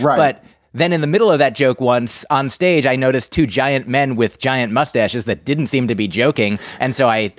but then in the middle of that joke, once onstage, i notice two giant men with giant mustaches. that didn't seem to be joking. and so i,